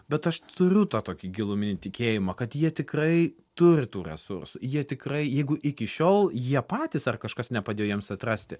bet aš turiu tą tokį giluminį tikėjimą kad jie tikrai turi tų resursų jie tikrai jeigu iki šiol jie patys ar kažkas nepadėjo jiems atrasti